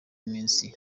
iminsi